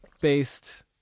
based